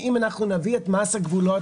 ואם נביא את מס הגבולות,